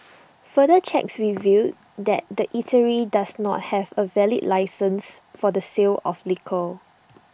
further checks revealed that the eatery does not have A valid licence for the sale of liquor